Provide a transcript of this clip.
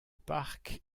parc